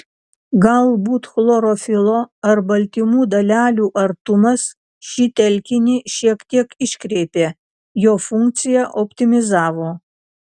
galbūt chlorofilo ar baltymų dalelių artumas šį telkinį šiek tiek iškreipė jo funkciją optimizavo